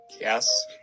Yes